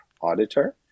Auditor